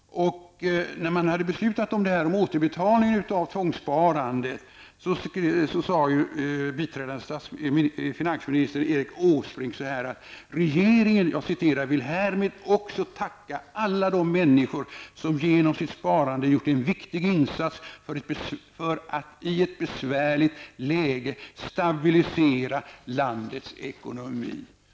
När man hade beslutat om återbetalningen av tvångssparandet sade biträdande finansminister Erik Åsbrink följande: Regeringen vill härmed också tacka alla de människor som genom sitt sparande gjort en viktig insats för att i ett besvärligt läge stabilisera landets ekonomi.